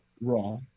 Raw